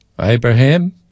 Abraham